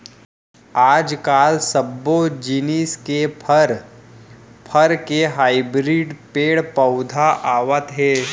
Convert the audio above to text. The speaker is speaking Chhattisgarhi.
आजकाल सब्बो जिनिस के फर, फर के हाइब्रिड पेड़ पउधा आवत हे